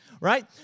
right